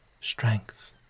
strength